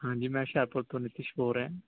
ਹਾਂਜੀ ਮੈਂ ਹੁਸ਼ਿਆਰਪੁਰ ਤੋਂ ਨਿਤਿਸ਼ ਬੋਲ ਰਿਹਾ